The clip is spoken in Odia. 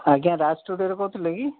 ଆଜ୍ଞା ରାଜ୍ ଷ୍ଟୁଡ଼ିଓରୁ କହୁଥିଲେ କି